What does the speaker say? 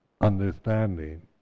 understanding